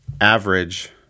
Average